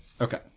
Okay